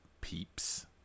Peeps